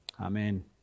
Amen